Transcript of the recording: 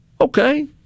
Okay